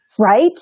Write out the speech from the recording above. Right